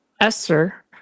Esther